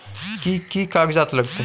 कि कि कागजात लागतै?